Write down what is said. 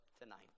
tonight